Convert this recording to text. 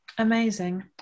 Amazing